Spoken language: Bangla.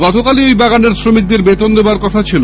গতকালই ওই বাগানের শ্রমিকদের বেতন দেবার কথা ছিল